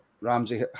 Ramsey